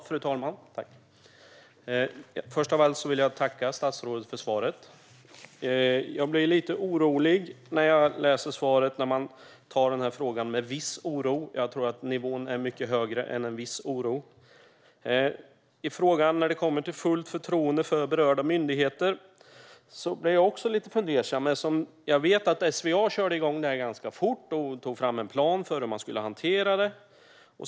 Fru talman! Jag vill först tacka statsrådet för svaret. Jag blir lite orolig när jag läser svaret om att man tar denna fråga med viss oro. Jag tror att nivån på detta är mycket högre än att man ska ta denna fråga med viss oro. När det gäller frågan om att ha fullt förtroende för berörda myndigheter blir jag också lite fundersam. Jag vet att SVA körde igång detta ganska fort och tog fram en plan för hur man skulle hantera det.